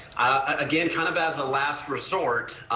again, kind of as a last resort,